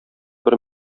бер